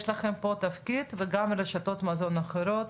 יש לכם פה תפקיד, וגם רשתות המזון האחרות,